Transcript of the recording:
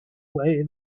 way